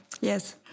Yes